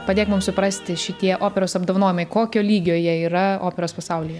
padėk mums suprasti šitie operos apdovanojimai kokio lygio jie yra operos pasaulyje